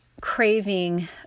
craving